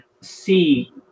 see